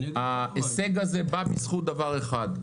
ההישג הזה בא בזכות דבר אחד,